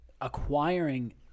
acquiring